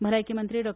भलायकी मंत्री डॉ